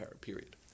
period